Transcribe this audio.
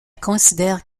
considère